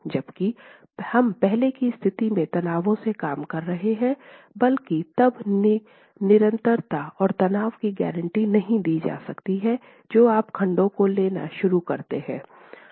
जबकि हम पहले की स्थिति में तनावों से काम कर रहे हैलेकिन तब निरंतरता और तनाव की गारंटी नहीं दी जा सकती है जो आप खंडों को लेना शुरू करते हैं